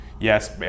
Yes